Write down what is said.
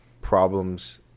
problems